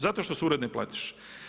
Zato što su uredne platiše.